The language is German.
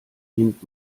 wind